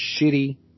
shitty